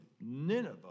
Nineveh